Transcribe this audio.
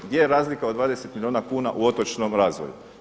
Gdje je razlika od 20 milijuna kuna u otočnom razvoju.